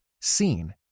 seen